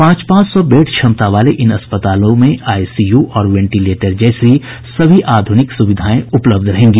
पांच पांच सौ बेड क्षमता वाले इन अस्पतालों में आईसीयू और वेंटिलेटर जैसी सभी आधुनिक सुविधाएं उपलब्ध रहेंगी